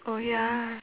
oh ya